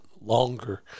Longer